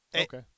Okay